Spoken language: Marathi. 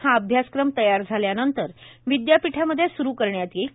हा अभ्यासक्रम तयार झाल्यानंतर विदयापीठामध्ये स्रु करण्यात येईल